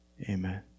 Amen